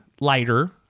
lighter